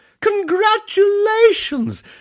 Congratulations